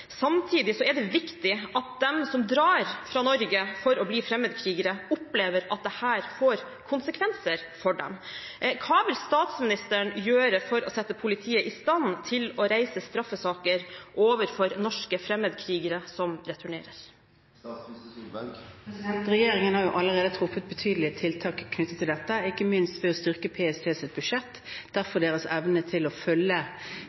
Samtidig er det viktig at de som drar fra Norge for å bli fremmedkrigere, opplever at dette får konsekvenser for dem. Hva vil statsministeren gjøre for å sette politiet i stand til å reise straffesaker overfor norske fremmedkrigere som returnerer? Regjeringen har jo allerede truffet betydelige tiltak knyttet til dette, ikke minst ved å styrke PSTs budsjett og derfor deres evne til å følge